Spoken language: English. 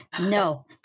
No